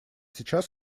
сейчас